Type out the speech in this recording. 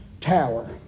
tower